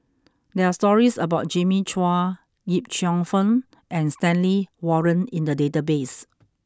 there are stories about Jimmy Chua Yip Cheong Fun and Stanley Warren in the database